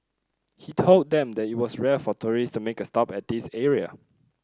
he told them that it was rare for tourist to make a stop at this area